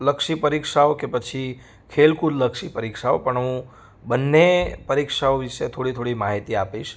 લક્ષી પરીક્ષાઓ કે પછી ખેલકૂદલક્ષી પરીક્ષાઓ પણ હું બંને પરીક્ષાઓ વિશે થોડી થોડી માહિતી આપીશ